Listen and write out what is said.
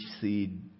seed